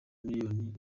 miliyoni